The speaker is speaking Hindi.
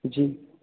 जी